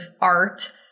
art